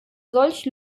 solch